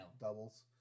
doubles